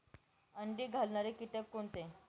अंडी घालणारे किटक कोणते?